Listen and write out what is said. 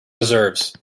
deserves